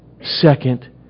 second